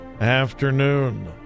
afternoon